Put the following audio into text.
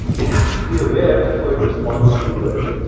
it has to be aware before it responds to the world.